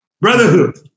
Brotherhood